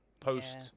Post